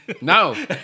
no